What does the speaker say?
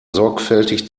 sorgfältig